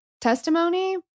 testimony